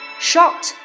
Short